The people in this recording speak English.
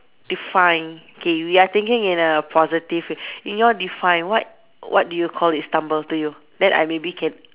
define K we are thinking in a positively in your define what what do you call it stumble to you then I maybe can